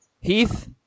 Heath